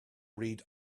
read